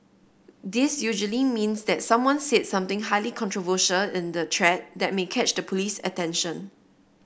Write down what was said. this usually means that someone said something highly controversial in the thread that may catch the police's attention